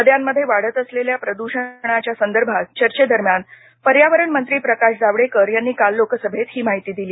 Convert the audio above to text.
नद्यांमध्ये वाढत असलेल्या प्रदृषणाच्या संदर्भात चर्चेदरम्यान पर्यावरण मंत्री प्रकाश जावडेकर यांनी काल लोकसभेत ही माहिती दिली